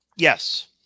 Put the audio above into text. yes